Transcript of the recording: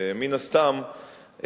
מן הסתם,